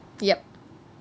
yup